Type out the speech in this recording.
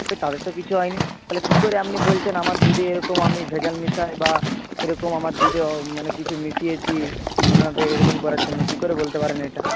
কই তাদের তো কিছু হয়নি তাহলে কী করে আপনি বলছেন আমার দুধে এরকম আমি ভেজাল মেশাই বা এরকম আমার দুধে মানে কিছু মিশিয়েছি আপনাদের এরকম করার জন্য কী করে বলতে পারেন এটা